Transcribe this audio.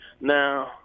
now